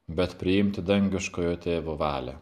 bet priimti dangiškojo tėvo valią